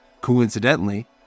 Coincidentally